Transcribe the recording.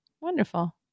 Wonderful